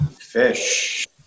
fish